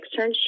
externship